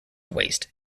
waist